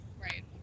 Right